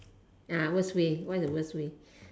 worst way what is the worst way